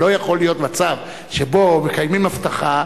אבל לא יכול להיות מצב שבו מקיימים הבטחה